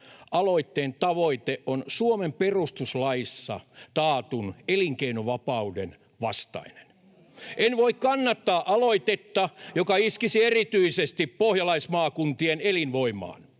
aloitteen tavoite on Suomen perustuslaissa taatun elinkeinovapauden vastainen. [Vasemmalta: Ei ole!] En voi kannattaa aloitetta, joka iskisi erityisesti pohjalaismaakuntien elinvoimaan.